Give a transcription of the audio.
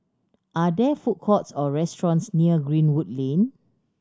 are there food courts or restaurants near Greenwood Lane